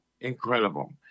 incredible